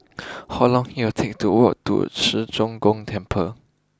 how long it'll take to walk to Ci Zheng Gong Temple